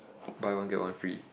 buy one get one free